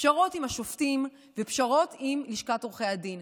פשרות עם השופטים ופשרות עם לשכת עורכי הדין.